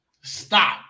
Stop